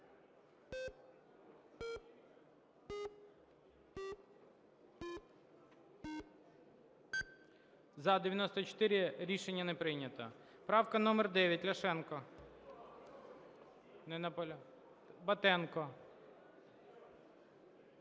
За-94 Рішення не прийнято. Правка номер 9, Ляшенко. Не...